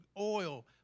oil